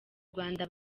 rwanda